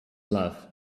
love